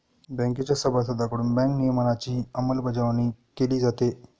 बँकेच्या सभासदांकडून बँक नियमनाची अंमलबजावणी केली जाते